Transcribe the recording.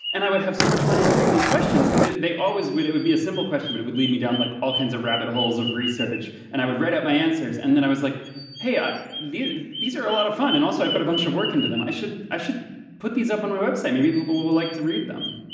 and i would have so much fun answering these questions because they always would it would be a simple question but it would lead me down like all kinds of rabbit holes of research and i would write up my answers and then i was like hey. these are a lot of fun and also i put a bunch of work into them. i should i should put these up on my website maybe people will will like to read them.